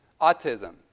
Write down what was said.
autism